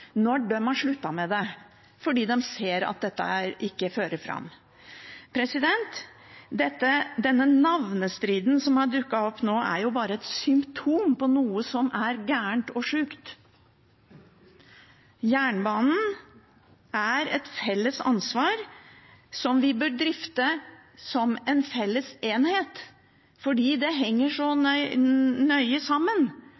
når de har sluttet med det, fordi de ser at det ikke fører fram. Denne navnestriden som har dukket opp nå, er jo bare et symptom på noe som er galt og sjukt. Jernbanen er et felles ansvar som vi bør drifte som en felles enhet, fordi det henger så nøye sammen. Det kan være litt ulike som kjører på vegen, men